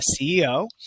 CEO